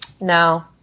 no